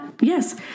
Yes